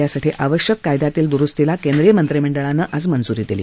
यासाठी आवश्यक कायद्यातील द्रुस्तीला केंद्रीय मंत्रिमंडळानं आज मंज्री दिली